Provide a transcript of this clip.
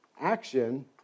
action